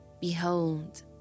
Behold